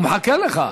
הוא מחכה לך.